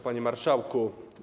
Panie Marszałku!